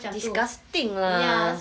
disgusting lah